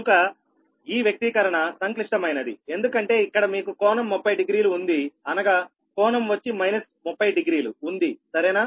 కనుక ఈ వ్యక్తీకరణ సంక్లిష్టమైనది ఎందుకంటే ఇక్కడ మీకు కోణం 30 డిగ్రీలు ఉంది అనగా కోణం వచ్చి 30 డిగ్రీలు ఉంది సరేనా